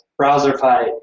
Browserify